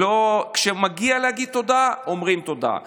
כשמגיע להגיד תודה, אומרים תודה,